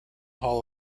hall